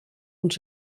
uns